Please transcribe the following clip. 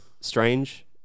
strange